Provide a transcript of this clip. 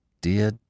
Dear